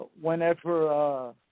Whenever